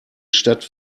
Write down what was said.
stadt